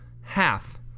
Half